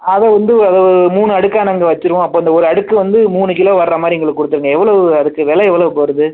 அதை வந்து அதை மூணு அடுக்காக நாங்கள் வெச்சுருவோம் அப்போ அந்த ஒரு அடுக்கு வந்து மூணு கிலோ வர்ற மாதிரி எங்களுக்கு கொடுத்துருங்க எவ்வளோவு அதுக்கு வெலை எவ்வளோவு வருது